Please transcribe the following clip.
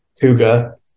cougar